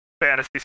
fantasy